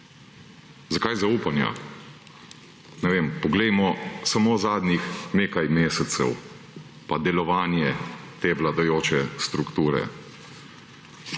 Zakaj zaupanja, ne vem, poglejmo samo zadnjih nekaj mesecev pa delovanje te vladajoče strukture.